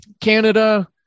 Canada